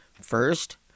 First